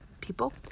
people